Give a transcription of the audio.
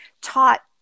taught